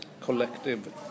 collective